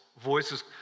Voices